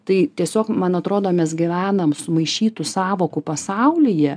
tai tiesiog man atrodo mes gyvenam sumaišytų sąvokų pasaulyje